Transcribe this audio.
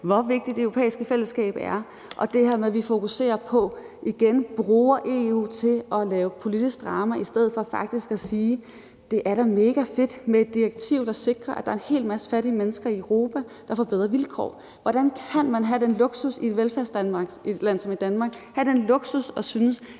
hvor vigtigt Det Europæiske Fællesskab er, og det her med, at vi igen bruger EU til at lave politisk drama, i stedet for at vi faktisk siger, at det da er megafedt med et direktiv, der sikrer, at der er en hel masse fattige mennesker i Europa, der får bedre vilkår. Hvordan kan man i et velfærdsland som Danmark have den luksus at synes,